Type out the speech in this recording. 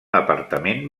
apartament